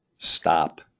stop